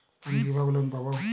আমি কিভাবে লোন পাব?